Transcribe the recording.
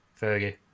fergie